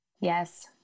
Yes